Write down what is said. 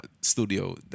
studio